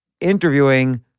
interviewing